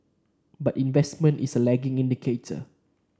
but investment is a lagging indicator